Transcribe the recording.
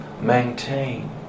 maintain